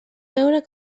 veure